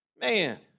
Man